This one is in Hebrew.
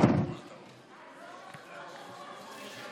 כבוד היושב-ראש,